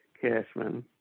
Cashman